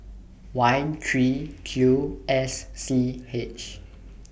Y three Q S C H